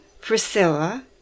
Priscilla